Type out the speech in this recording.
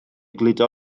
gludo